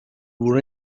were